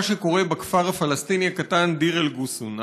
מה שקורה בכפר הפלסטיני הקטן דיר אל-ר'וסון.